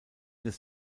des